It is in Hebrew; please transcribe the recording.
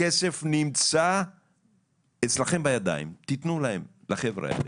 הכסף נמצא אצלכם בידיים, תתנו להם, לחבר'ה האלה.